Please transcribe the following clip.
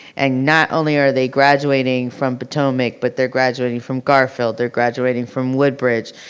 and not only are they graduating from potomac but they're graduating from gar-field, they're graduating from woodbridge,